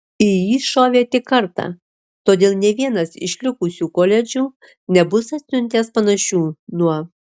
į jį šovė tik kartą todėl nė vienas iš likusių koledžų nebus atsiuntęs panašių nuo